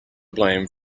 blame